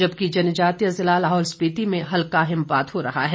जबकि जनजातीय जिला लाहौल स्पीति में हल्का हिमपात हो रहा है